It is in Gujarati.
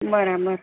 બરાબર